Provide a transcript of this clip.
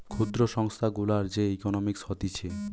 ক্ষুদ্র সংস্থা গুলার যে ইকোনোমিক্স হতিছে